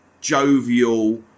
jovial